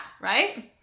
right